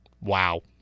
Wow